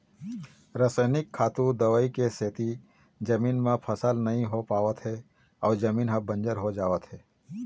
रसइनिक खातू, दवई के सेती जमीन म फसल नइ हो पावत हे अउ जमीन ह बंजर हो जावत हे